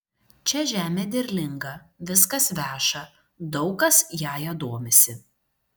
čia žemė derlinga viskas veša daug kas jąja domisi